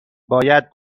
باید